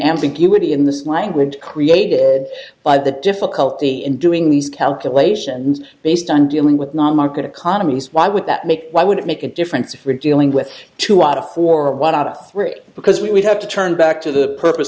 ambiguity in this language created by the difficulty in doing these calculations based on dealing with non market economies why would that make why would it make a difference if we're dealing with two out of four or one out of three because we have to turn back to the purpose